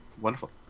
wonderful